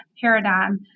paradigm